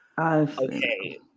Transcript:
Okay